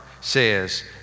says